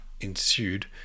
ensued